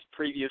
preview